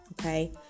Okay